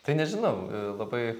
tai nežinau labai